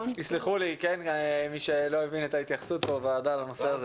יסלח לי מי שלא הבין את ההתייחסות בוועדה לנושא הזה.